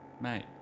Mate